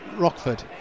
Rockford